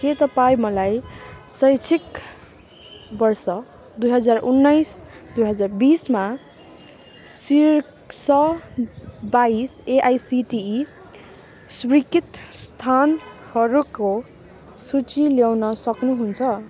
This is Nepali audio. के तपाईँँ मलाई शैक्षिक वर्ष दुई हजार उन्नाइस दुई हजार बिसमा शीर्ष बाइस एआइसिटिई स्वीकृत स्थानहरूको सूची ल्याउन सक्नुहुन्छ